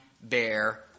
bear